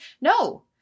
No